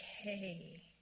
okay